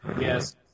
Yes